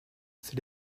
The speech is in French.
c’est